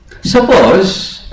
Suppose